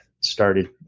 started